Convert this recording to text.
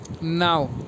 now